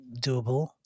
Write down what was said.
doable